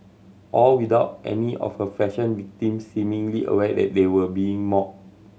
all without any of her fashion victims seemingly aware that they were being mocked